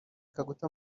kaguta